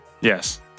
Yes